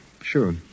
sure